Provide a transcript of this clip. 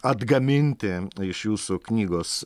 atgaminti iš jūsų knygos